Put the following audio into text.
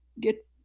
get